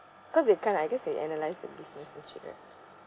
cause they kind I guess they analyse the business